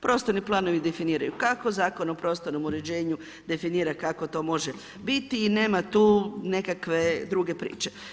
Prostorni planovi definiraju kako, Zakon o prostornom uređenju definira kako to može biti i nema tu nekakve druge priče.